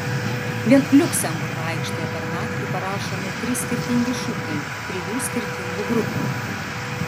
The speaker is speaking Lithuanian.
vien liuksemburgo aikštėje per naktį parašomi trys skirtingi šūkiai trijų skirtingų grupių